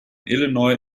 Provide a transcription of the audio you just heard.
illinois